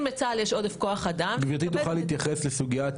אם בצה"ל יש עודף כוח אדם --- גברתי יכולה להתייחס לסוגית